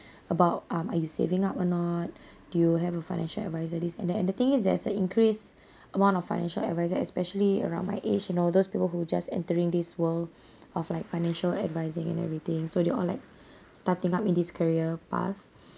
about um are you saving up or not do you have a financial advisor this and that and the thing is there's a increased amount of financial advisor especially around my age and all those people who just entering this world of like financial advising and everything so they all like starting up in this career path